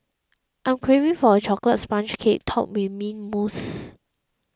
I am craving for a Chocolate Sponge Cake Topped with Mint Mousse